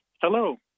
Hello